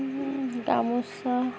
গামোচা